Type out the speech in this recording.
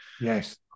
Yes